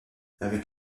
avec